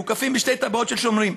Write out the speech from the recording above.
מוקפים בשתי טבעות של שומרים.